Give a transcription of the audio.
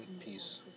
peace